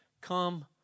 come